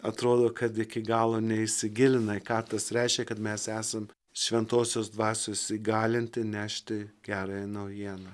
atrodo kad iki galo neįsigilinai ką tas reiškia kad mes esam šventosios dvasios įgalinti nešti gerąją naujieną